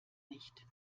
nicht